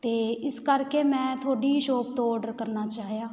ਅਤੇ ਇਸ ਕਰਕੇ ਮੈਂ ਤੁਹਾਡੀ ਸ਼ੋਪ ਤੋਂ ਓਰਡਰ ਕਰਨਾ ਚਾਹਿਆ